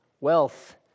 wealth